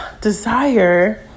desire